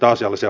kiitoksia